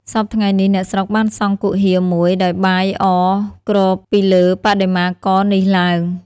សព្វថ្ងៃនេះ អ្នកស្រុកបានសង់គុហាមួយដោយបាយអគ្របពីលើបដិមាករនេះឡើង។